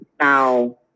now